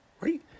Right